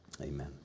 Amen